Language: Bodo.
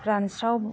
रानस्राव